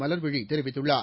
மலர்விழி தெரிவித்துள்ளார்